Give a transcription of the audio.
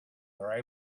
are